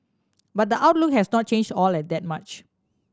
but the outlook has not changed all that much